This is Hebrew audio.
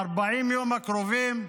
ב-40 יום הקרובים,